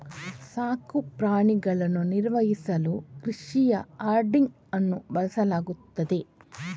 ಸಾಕು ಪ್ರಾಣಿಗಳನ್ನು ನಿರ್ವಹಿಸಲು ಕೃಷಿಯಲ್ಲಿ ಹರ್ಡಿಂಗ್ ಅನ್ನು ಬಳಸಲಾಗುತ್ತದೆ